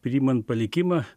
priimant palikimą